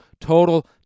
total